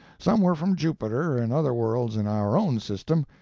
some were from jupiter and other worlds in our own system,